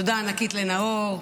תודה ענקית לנאור.